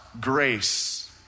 grace